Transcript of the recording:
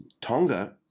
Tonga